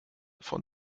von